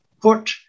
put